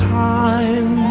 time